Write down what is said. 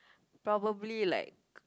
probably like